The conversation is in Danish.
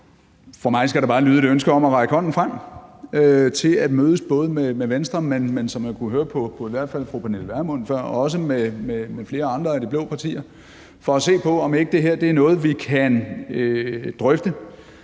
Fra mig skal der bare lyde et ønske om at række hånden frem til at mødes både med Venstre, men – som man kunne høre på i hvert fald fru Pernille Vermund før – også med flere andre af de blå partier for at se på, om ikke det her er noget, vi kan drøfte,